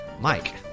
Mike